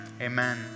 Amen